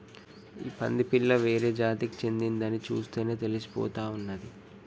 ఈ పంది పిల్ల వేరే జాతికి చెందిందని చూస్తేనే తెలిసిపోతా ఉన్నాది